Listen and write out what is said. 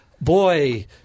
Boy